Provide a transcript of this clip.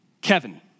Kevin